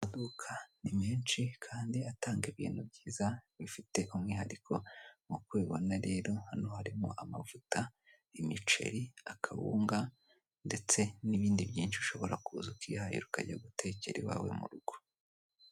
Amaduka ni menshi kandi atanga ibintu byiza bifite umwihariko, nk'uko ubibona rero, hano harimo: amavuta, imiceri, akawunga ndetse n'ibindi byinshi ushobora kuza ukihahira ukajya gutekera iwawe mu rugo.